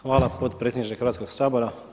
Hvala potpredsjedniče Hrvatskog sabora.